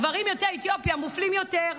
הגברים יוצאי אתיופיה מופלים יותר.